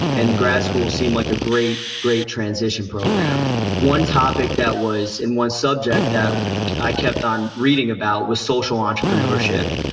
and grad school seemed like a great great transition program one topic that was and one subject that i kept on reading about was social entrepreneurship.